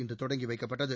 இன்று தொடங்கி வைக்கப்பட்டது